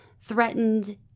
threatened